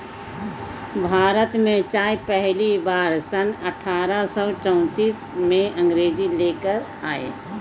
भारत में चाय पहली बार सन अठारह सौ चौतीस में अंग्रेज लेकर आए